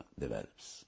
develops